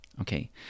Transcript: okay